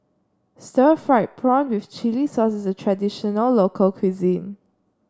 Stir Fried Prawn with Chili Sauce is a traditional local cuisine